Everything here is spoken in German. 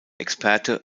experte